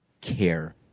care